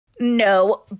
No